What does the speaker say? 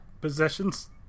possessions